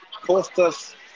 Costas